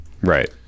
right